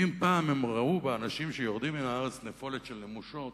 ואם פעם הם ראו באנשים שיורדים מהארץ נפולת של נמושות,